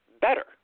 better